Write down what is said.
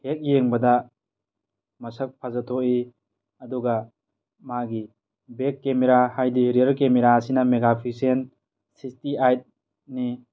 ꯍꯦꯀ ꯌꯦꯡꯕꯗ ꯃꯁꯛ ꯐꯖꯊꯣꯛꯏ ꯑꯗꯨꯒ ꯃꯥꯒꯤ back camera HD rear camera ꯑꯁꯤꯅ ꯃꯦꯒꯥꯄꯤꯁꯦꯟ ꯁꯤꯁꯇꯤ ꯑꯥꯏꯠꯅꯤ